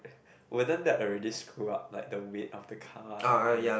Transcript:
wouldn't that already screw up the weight of the car and everything